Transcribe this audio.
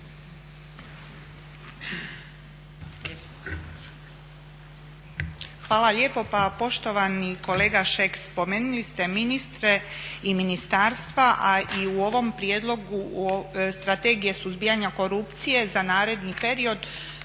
Hvala lijepo. Poštovani kolega Šeks, spomenuli ste ministre i ministarstva a i u ovom Prijedlogu strategije suzbijanja korupcije za naredni period